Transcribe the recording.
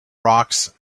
rocks